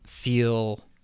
feel